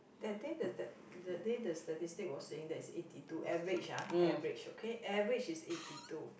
that day the that day the statistic was saying that its eighty two average ah average okay average is eighty two